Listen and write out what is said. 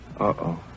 Uh-oh